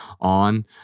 on